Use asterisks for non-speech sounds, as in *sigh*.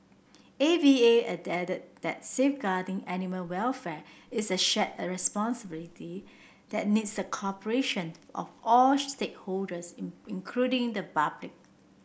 A V A added that safeguarding animal welfare is a shared a responsibility that needs the cooperations of all *unintelligible* stakeholders in including the public